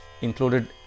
included